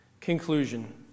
Conclusion